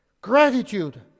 Gratitude